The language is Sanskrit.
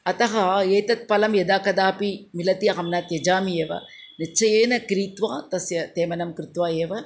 अतः एतत् फलं यदा कदापि मिलति अहं न त्यजामि एव निश्चयेन क्रीत्वा तस्य तेमनं कृत्वा एव